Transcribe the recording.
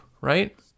right